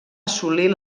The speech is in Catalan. assolir